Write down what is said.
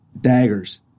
daggers